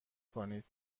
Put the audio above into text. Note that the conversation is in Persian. کنید